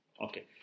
Okay